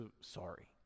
sorry